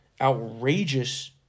outrageous